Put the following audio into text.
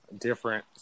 different